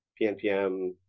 pnpm